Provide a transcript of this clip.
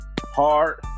hard